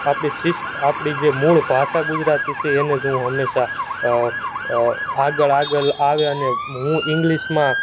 આપણી શિષ્ટ આપણી જે મૂળ ભાષા ગુજરાતી છે એને જ હું હંમેશાં આગળ આગળ આવી અને હું ઇંગ્લિશમાં